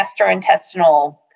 gastrointestinal